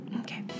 Okay